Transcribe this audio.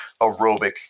aerobic